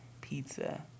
Pizza